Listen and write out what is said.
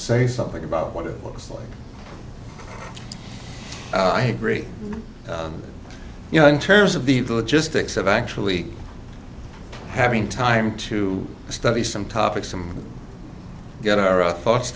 say something about what it looks like i agree you know in terms of the logistics of actually having time to study some topics some get our of thoughts